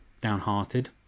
downhearted